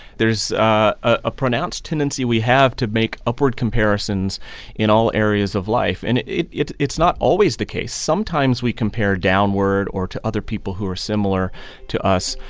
there's a pronounced tendency we have to make upward comparisons in all areas of life. and it's it's not always the case sometimes we compare downward or to other people who are similar to us.